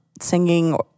singing